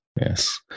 Yes